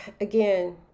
again